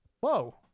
Whoa